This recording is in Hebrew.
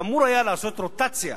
שאמור היה לעשות רוטציה